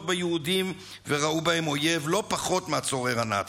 ביהודים וראו בהם אויב לא פחות מהצורר הנאצי.